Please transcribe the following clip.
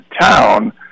town